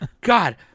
God